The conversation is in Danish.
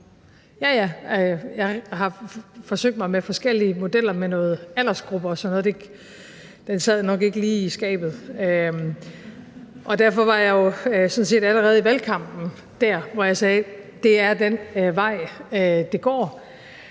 Jeg har forsøgt mig med forskellige modeller omkring aldersgruppe og sådan noget – den sad nok ikke lige i skabet – og derfor var jeg jo sådan set allerede i valgkampen dér, hvor jeg sagde, at det er den vej, det går.